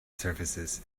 surfaces